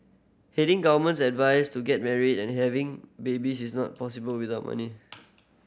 heeding government's advice to get married and having babies is not possible without money